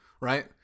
right